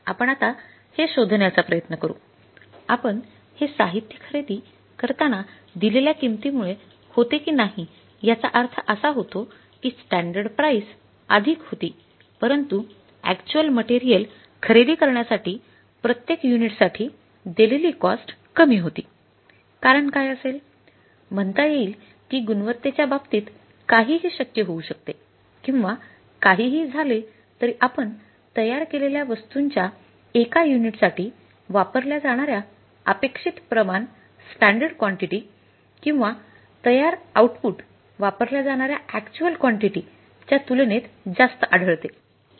आपण आता हे शोधण्याचा प्रयत्न करू आपण हे साहित्य खरेदी करण्यासाठी दिलेल्या किंमतीमुळे होते की नाही याचा अर्थ असा होतो की स्टॅंडर्ड प्राईस च्या तुलनेत जास्त आढळते